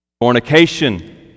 Fornication